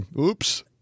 Oops